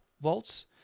volts